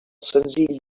senzill